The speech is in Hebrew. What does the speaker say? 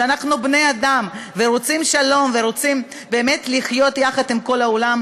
שאנחנו בני-אדם ורוצים שלום ורוצים באמת לחיות יחד עם כל העולם,